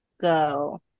go